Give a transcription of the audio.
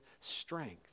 strength